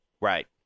Right